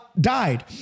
died